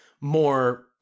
more